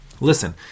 listen